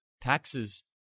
Taxes